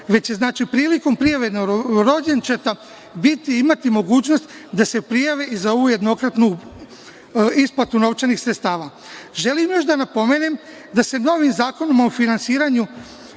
već će znači prilikom prijave novorođenčeta biti i imati mogućnost da se prijave i za ovu jednokratnu isplatu novčanih sredstava. Želim još da napomenem da se novim Zakonom o finansiranju